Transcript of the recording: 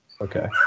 Okay